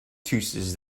chooses